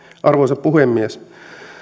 arvoisa puhemies